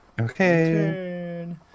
Okay